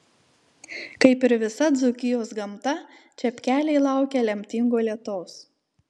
kaip ir visa dzūkijos gamta čepkeliai laukia lemtingo lietaus